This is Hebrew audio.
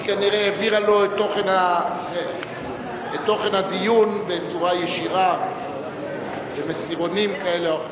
היא כנראה העבירה לו את תוכן הדיון בצורה ישירה במסרונים כאלה או אחרים.